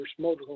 motorhome